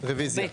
רביזיה.